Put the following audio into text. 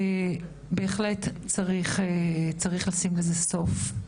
ובהחלט צריך לשים לזה סוף.